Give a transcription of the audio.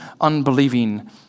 unbelieving